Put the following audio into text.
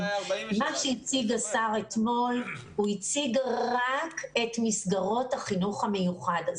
השר הציג אתמול רק את מסגרות החינוך המיוחד.